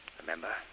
Remember